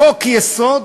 בחוק-יסוד: